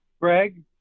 Greg